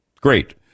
Great